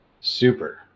super